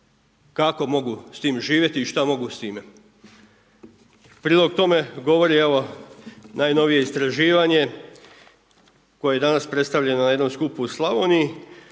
Kako mogu s tim živjeti i šta mogu s time. Prilog tome govori evo, najnovije istraživanje koje je danas predstavljeno na jednom skupu u Slavonij,